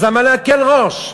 אז למה להקל ראש?